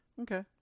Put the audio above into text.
okay